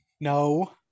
No